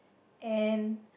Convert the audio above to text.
and